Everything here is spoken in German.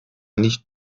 nicht